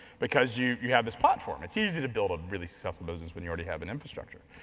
because you you have this platform. it's easy to build a really successful business when you already have an infrastructure.